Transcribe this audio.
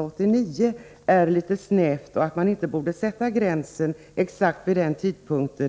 89 också är litet snävt och att man inte borde sätta gränsen exakt vid den tidpunkten.